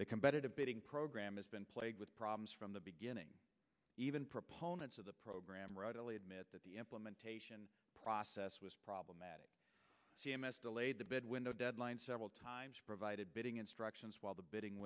the competitive bidding program has been plagued with problems from the beginning even proponents of the program readily admit that the implementation process was problematic c m s delayed the bid window deadline several times provided bidding instructions while the bidding